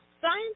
science